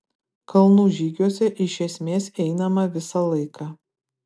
kalnų žygiuose iš esmės einama visą laiką